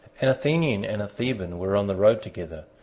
an athenian and a theban were on the road together,